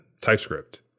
TypeScript